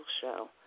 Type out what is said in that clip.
show